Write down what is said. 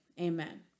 amen